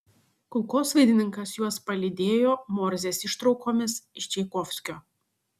kulkosvaidininkas juos palydėjo morzės ištraukomis iš čaikovskio